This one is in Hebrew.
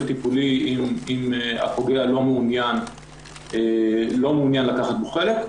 טיפולי אם הפוגע לא מעוניין לקחת בו חלק.